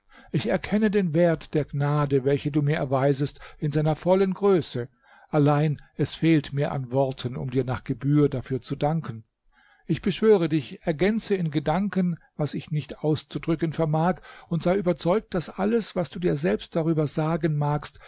ich erkenne den wert der gnade welche du mir erweisest in seiner vollen größe allein es fehlt mir an worten um dir nach gebühr dafür zu danken ich beschwöre dich ergänze in gedanken was ich nicht auszudrücken vermag und sei überzeugt daß alles was du dir selbst darüber sagen magst